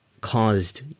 caused